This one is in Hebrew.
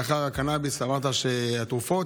לאחר הקנביס אמרת שהתרופות,